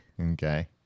Okay